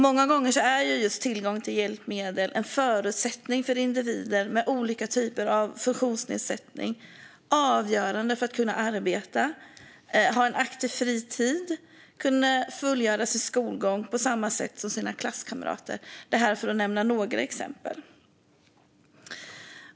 Många gånger är just tillgång till hjälpmedel en avgörande förutsättning för att individer med olika typer av funktionsnedsättning ska kunna arbeta, ha en aktiv fritid eller kunna fullgöra sin skolgång på samma sätt som sina klasskamrater, för att nämna några exempel.